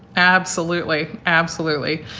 absolutely. absolutely.